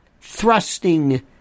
thrusting